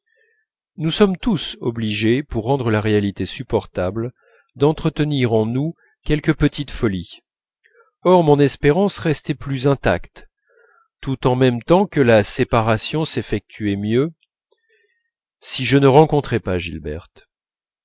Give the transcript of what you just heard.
nous sommes tous obligés pour rendre la réalité supportable d'entretenir en nous quelques petites folies or mon espérance restait plus intacte tout en même temps que la séparation s'effectuait mieux si je ne rencontrais pas gilberte